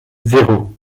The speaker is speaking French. zéro